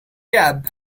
cab